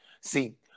See